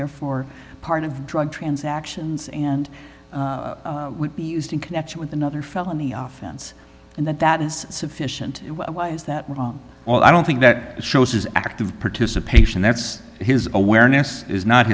therefore part of drug transactions and would be used in connection with another felony offense and that that is sufficient why's that well i don't think that shows active participation that's his awareness is not